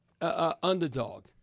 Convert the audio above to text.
underdog